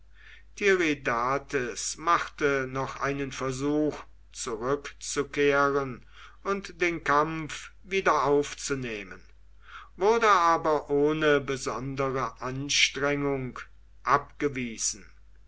tiridates machte noch einen versuch zurückzukehren und den kampf wieder aufzunehmen wurde aber ohne besondere anstrengung abgewiesen